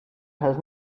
has